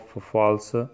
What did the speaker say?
false